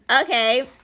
Okay